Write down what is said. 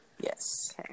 Yes